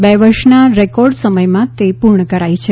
બે વર્ષના રેકોર્ડ સમયમાં પુર્ણ કરાઇ છે